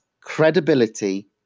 credibility